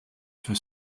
for